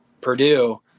Purdue